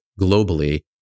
globally